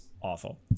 awful